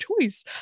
choice